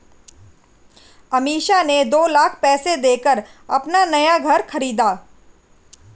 अमीषा ने दो लाख पैसे देकर अपना नया घर खरीदा